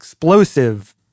Explosive